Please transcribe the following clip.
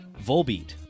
Volbeat